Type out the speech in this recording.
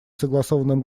согласованным